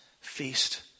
feast